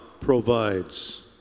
provides